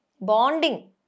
Bonding